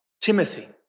Timothy